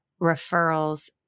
referrals